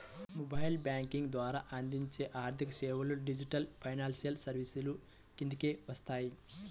mobile banking ద్వారా అందించే ఆర్థికసేవలు డిజిటల్ ఫైనాన్షియల్ సర్వీసెస్ కిందకే వస్తాయి